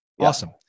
Awesome